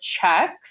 checks